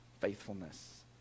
faithfulness